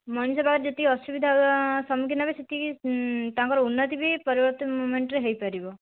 ମଣିଷ ପାଖରେ ଯେତିକି ଅସୁବିଧା ସମ୍ମୁଖୀନ ହେବେ ସେତିକି ତାଙ୍କର ଉନ୍ନତି ବି ପରବର୍ତ୍ତୀ ମୁମେଣ୍ଟ୍ରେ ହୋଇପାରିବ